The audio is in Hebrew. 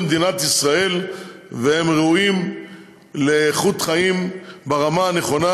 מדינת ישראל והם ראויים לאיכות חיים ברמה הנכונה,